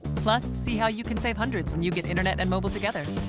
plus, see how you can save hundreds. when you get internet and mobile together.